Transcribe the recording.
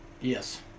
Yes